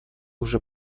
уже